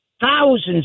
Thousands